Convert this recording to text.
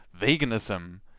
Veganism